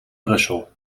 brussel